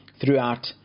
throughout